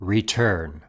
Return